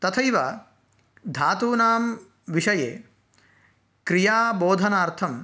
तथैव धातूनां विषये क्रियाबोधनार्थं